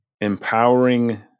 empowering